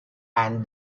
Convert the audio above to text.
and